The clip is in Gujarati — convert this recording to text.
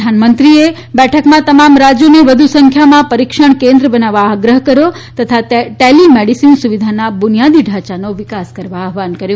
પ્રધાનમંત્રીએ તમામ રાજ્યોને વધુ સંખ્યામાં પરીક્ષણ કેન્દ્ર બનાવવા આગ્રાહ કર્યો તથા ટેલી મેડીસીન સુવિધાના બુનિયાદી ઢાંયાનો વિકાસ કરવા આહવાન કર્યું